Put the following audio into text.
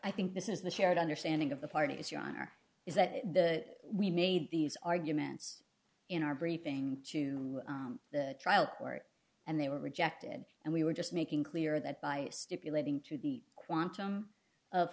i think this is the shared understanding of the party as your honor is that the we made these arguments in our briefing to the trial court and they were rejected and we were just making clear that by stipulating to the